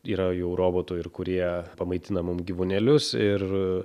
yra jau robotų ir kurie pamaitina mum gyvūnėlius ir